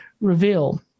reveal